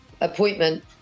appointment